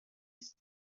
است